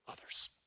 others